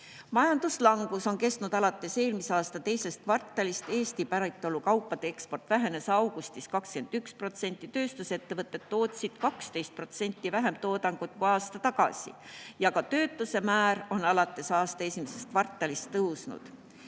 Majanduslangus on kestnud alates eelmise aasta teisest kvartalist. Eesti päritolu kaupade eksport vähenes augustis 21%, tööstusettevõtted tootsid 12% vähem toodangut kui aasta tagasi ja ka töötuse määr on alates aasta esimesest kvartalist tõusnud.